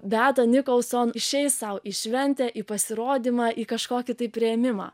beata nicholson išeis sau į šventę į pasirodymą į kažkokį tai priėmimą